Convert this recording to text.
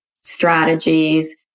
strategies